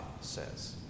says